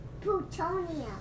Plutonium